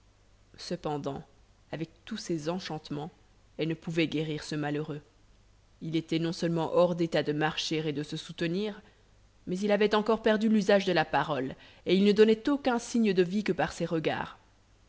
cependant avec tous ses enchantements elle ne pouvait guérir ce malheureux il était non-seulement hors d'état de marcher et de se soutenir mais il avait encore perdu l'usage de la parole et il ne donnait aucun signe de vie que par ses regards